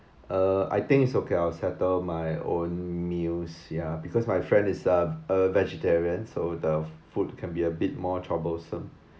uh I think it's okay I will settle my own meals ya because my friend is a a vegetarian so the food can be a bit more troublesome